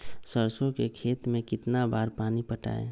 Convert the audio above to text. सरसों के खेत मे कितना बार पानी पटाये?